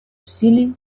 усилий